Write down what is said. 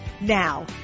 Now